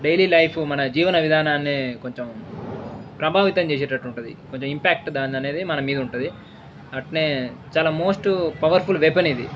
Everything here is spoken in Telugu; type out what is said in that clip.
డైలీ లైఫ్ మన జీవన విధానాన్ని కొంచెం ప్రభావితం చేసేటట్టు ఉంటుంది కొంచెం ఇంపాక్ట్ దానిది మన మీద ఉంటుంది అలానే చాలా మోస్ట్ పవర్ఫుల్ వెపన్ ఇది